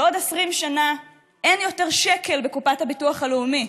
בעוד 20 שנה אין יותר שקל בקופת הביטוח הלאומי,